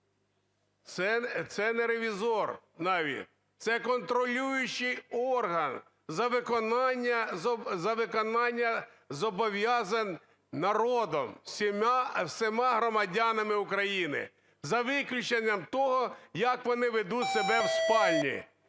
Це не ревізор навіть, це контролюючий орган за виконанням зобов'язань народом, всіма громадянами України, за виключенням того, як вони ведуть себе в спальні.